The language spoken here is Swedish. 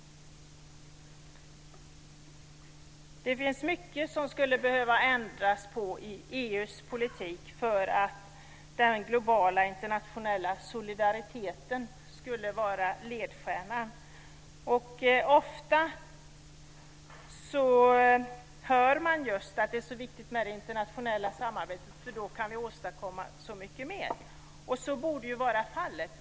Det finns mycket som man skulle behöva ändra på i EU:s politik för att den globala internationella solidariteten skulle vara ledstjärna. Ofta hör man just att det är så viktigt med det internationella samarbetet eftersom man då kan åstadkomma så mycket mer, och så borde ju vara fallet.